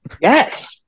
Yes